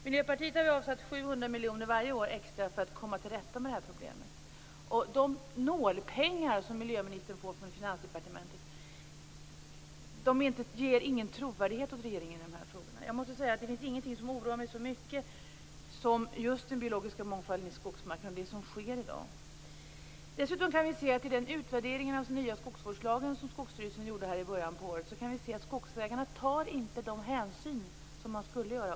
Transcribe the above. Miljöpartiet har avsatt 700 miljoner extra varje år för att komma till rätta med det här problemet. De nålpengar som miljöministern får från Finansdepartementet ger ingen trovärdighet åt regeringen i de här frågorna. Jag måste säga att det finns ingenting som oroar mig så mycket som just den biologiska mångfalden i skogsmarkerna och det som sker i dag. Skogsstyrelsen gjorde i början av året kan vi se att skogsägarna inte tar de hänsyn som de borde göra.